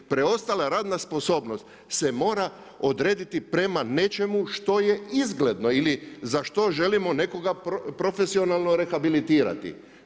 Preostala radna sposobnost se mora odrediti prema nečemu što je izgledno ili za što želimo nekoga profesionalno rehabilitirati.